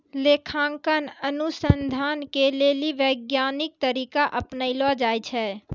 लेखांकन अनुसन्धान के लेली वैज्ञानिक तरीका अपनैलो जाय छै